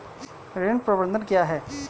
ऋण प्रबंधन क्या है?